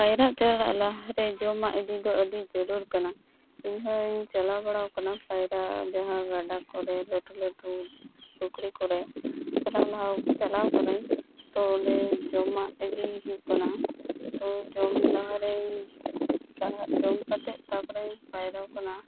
ᱯᱟᱭᱨᱟᱜ ᱪᱟᱞᱟᱜ ᱞᱟᱦᱟᱨᱮ ᱡᱚᱢᱟᱜ ᱤᱫᱤᱫᱚ ᱟᱹᱰᱤ ᱡᱟᱹᱨᱩᱲ ᱠᱟᱱᱟ ᱤᱧᱦᱚᱸᱧ ᱪᱟᱞᱟᱣ ᱵᱟᱲᱟᱣ ᱠᱟᱱᱟ ᱯᱟᱭᱨᱟᱜ ᱡᱟᱦᱟᱸ ᱜᱟᱰᱟ ᱠᱚᱨᱮ ᱞᱟᱹᱴᱩ ᱞᱟᱹᱴᱩ ᱯᱩᱠᱷᱨᱤ ᱠᱚᱨᱮ ᱚᱸᱰᱮ ᱦᱚᱸ ᱪᱟᱞᱟᱣ ᱠᱟᱱᱟᱹᱧ ᱛᱚ ᱚᱸᱰᱮ ᱡᱚᱢᱟᱜ ᱤᱫᱤᱭ ᱦᱩᱭᱩᱜ ᱠᱟᱱᱟ ᱛᱚ ᱡᱚᱢ ᱞᱟᱦᱟᱨᱮᱧ ᱞᱟᱦᱟ ᱡᱚᱢ ᱠᱟᱛᱮ ᱛᱟᱯᱚᱨᱮᱧ ᱯᱟᱭᱨᱟᱣ ᱠᱟᱱᱟ